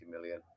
million